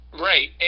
Right